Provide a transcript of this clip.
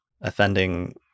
offending